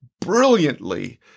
brilliantly